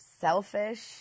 selfish